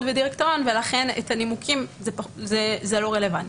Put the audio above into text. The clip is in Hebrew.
ודירקטוריון ולכן בנימוקים זה לא רלוונטי.